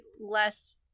less